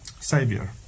Savior